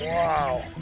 wow.